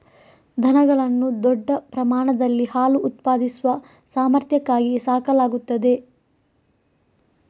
ದನಗಳನ್ನು ದೊಡ್ಡ ಪ್ರಮಾಣದಲ್ಲಿ ಹಾಲು ಉತ್ಪಾದಿಸುವ ಸಾಮರ್ಥ್ಯಕ್ಕಾಗಿ ಸಾಕಲಾಗುತ್ತದೆ